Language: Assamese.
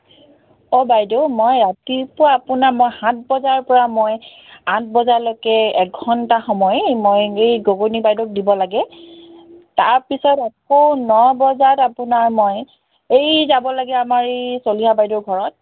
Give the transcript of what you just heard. অঁ বাইদেউ মই ৰাতিপুৱা আপোনাৰ মই সাত বজাৰপৰা মই আঠ বজালৈকে এঘণ্টা সময় মই এই গগৈনী বাইদেউক দিব লাগে তাৰ পিছত আকৌ ন বজাত আপোনাৰ মই এই যাব লাগে আমাৰ এই চলিহা বাইদেউ ঘৰত